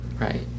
right